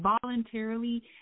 voluntarily